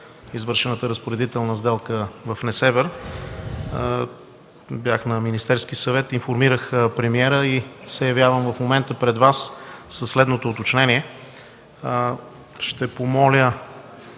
извършената разпоредителна сделка в Несебър, бях на Министерски съвет, информирах премиера и се явявам в момента пред Вас със следното уточнение. Ще помоля